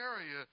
area